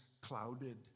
clouded